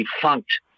defunct